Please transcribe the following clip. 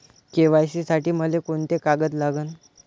KYC साठी मले कोंते कागद लागन?